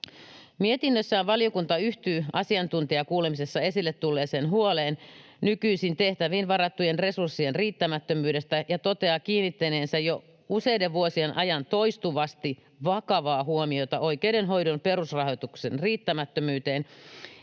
Mietinnössään valiokunta yhtyy asiantuntijakuulemisessa esille tulleeseen huoleen nykyisiin tehtäviin varattujen resurssien riittämättömyydestä ja toteaa kiinnittäneensä jo useiden vuosien ajan toistuvasti vakavaa huomiota oikeudenhoidon perusrahoituksen riittämättömyyteen